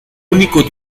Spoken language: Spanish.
único